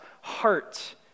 heart